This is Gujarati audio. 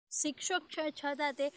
શિક્ષક છે છતાં તે